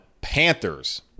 Panthers